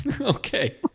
Okay